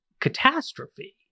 catastrophe